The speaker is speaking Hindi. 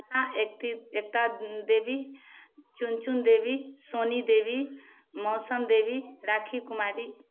एकती एकता देवी चुनचुन देवी सोनी देवी मौसम देवी राखी कुमारी